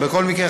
בכל מקרה,